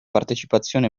partecipazione